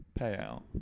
payout